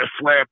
slap